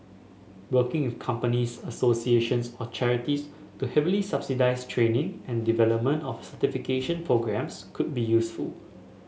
working with companies associations or charities to heavily subsidise training and development of certification programmes could be useful